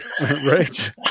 right